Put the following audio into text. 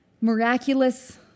miraculous